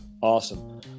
Awesome